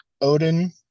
Odin